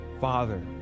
father